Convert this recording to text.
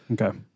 Okay